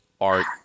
art